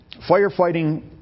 Firefighting